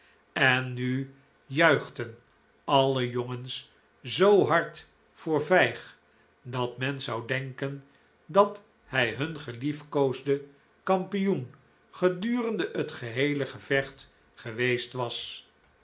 en nu juichten alle jongens zoo hard voor vijg dat men zou denken dat hij hun geliefkoosde kampioen gedurende het geheele gevecht geweest was